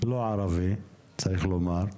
לא ערבי, צריך לומר,